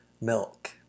milk